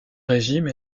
régime